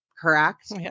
correct